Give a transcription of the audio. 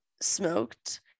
smoked